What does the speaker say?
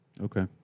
Okay